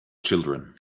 children